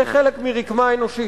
זה חלק מרקמה אנושית.